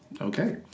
Okay